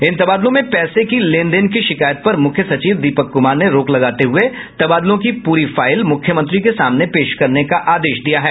इन तबादलों में पैसे की लेनदेन की शिकायत पर मुख्य सचिव दीपक कुमार ने रोक लगाते हुये तबदलों की प्री फाइल मुख्यमंत्री के सामने पेश करने का आदेश दिया है